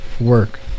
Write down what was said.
work